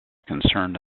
concerned